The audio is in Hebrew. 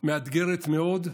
מאתגרת מאוד.